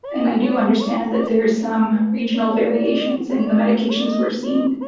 and i do understand that there is some regional variations in the medications we are seeing.